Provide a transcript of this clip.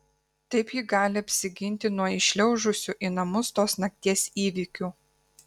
taip ji gali apsiginti nuo įšliaužusių į namus tos nakties įvykių